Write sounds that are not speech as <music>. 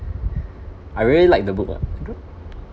<breath> I really like the book ah <noise>